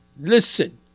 Listen